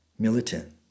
Militant